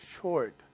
short